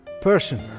person